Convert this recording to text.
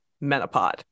menopause